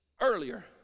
earlier